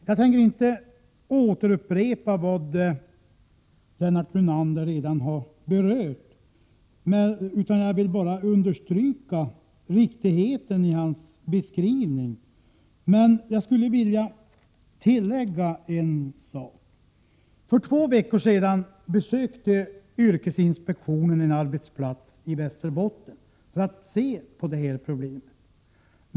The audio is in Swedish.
Jag vill inte återupprepa vad Lennart Brunander redan har berört, men jag vill understryka det riktiga i hans beskrivning och göra ett tillägg. För två veckor sedan besökte yrkesinspektionen en arbetsplats i Västerbotten för att se på detta problem.